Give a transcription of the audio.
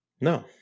No